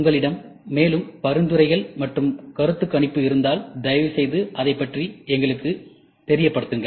உங்களிடம் மேலும் பரிந்துரைகள் மற்றும் கருத்து கண்காணிப்பு இருந்தால் தயவுசெய்து அதைப் பற்றி எங்களுக்குத் தெரியப்படுத்துங்கள்